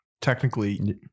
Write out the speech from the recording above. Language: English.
technically